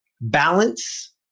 balance